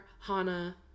hana